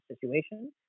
situation